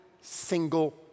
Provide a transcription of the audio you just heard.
single